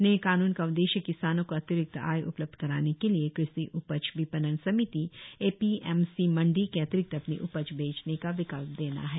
नए कानून का उद्देश्य किसानों को अतिरिक्त आय उपलब्ध कराने के लिए कृषि उपज विपणन समिति ए पी एम सी मण्डी के अतिरिक्त अपनी उपज बेचने का विकल्प देना है